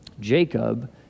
Jacob